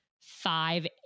five